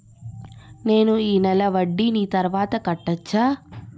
నేను ఈ నెల వడ్డీని తర్వాత కట్టచా?